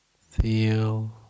Feel